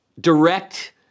direct